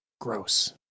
gross